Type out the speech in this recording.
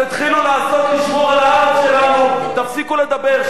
תתחילו לשמור על הארץ שלנו, תפסיקו לדבר.